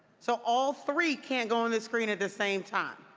so all three can't go on the screen at the same time.